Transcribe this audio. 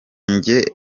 njye